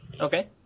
Okay